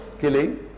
killing